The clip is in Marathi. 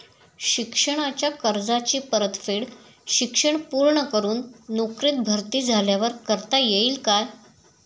शिक्षणाच्या कर्जाची परतफेड शिक्षण पूर्ण करून नोकरीत भरती झाल्यावर करता येईल काय?